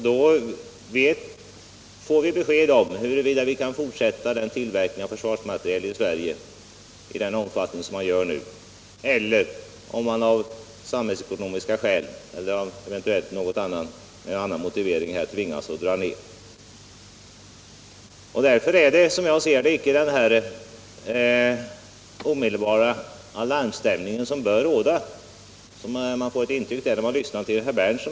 Då får vi besked huruvida vi kan fortsätta tillverkningen av försvarsmateriel i Sverige i den omfattning som nu sker eller om vi av samhällsekonomiska eller andra skäl tvingas dra ner den. Därför råder icke, som jag ser det, den omedelbara alarmsituation som man får intryck av då man lyssnar till herr Berndtson.